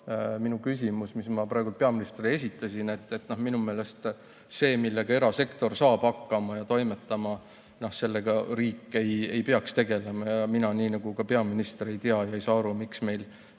minu küsimus, mille ma praegu peaministrile esitasin. Minu meelest see, millega erasektor saab hakkama ja toimetama, sellega riik ei peaks tegelema. Ja mina, nii nagu ka peaminister, ei tea ja ei saa aru, miks riigil